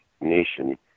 nation